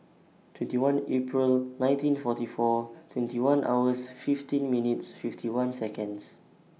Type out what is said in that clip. twenty one April nineteen forty four twenty one hours fifteen minutes fifty one Seconds